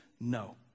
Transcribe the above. No